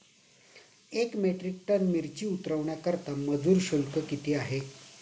एक metric tonne मिरची उतरवण्याकरता मजुर शुल्क किती आहे?